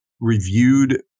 reviewed